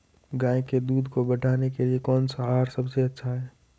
गाय के दूध को बढ़ाने के लिए कौनसा आहार सबसे अच्छा है?